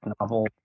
novel